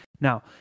Now